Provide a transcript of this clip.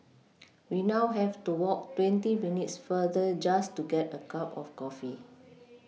we now have to walk twenty minutes farther just to get a cup of coffee